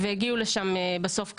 הגיעו לשם בסוף כבאיות,